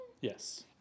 Yes